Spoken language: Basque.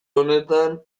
honetan